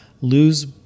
lose